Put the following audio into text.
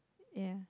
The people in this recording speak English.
ya